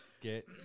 Get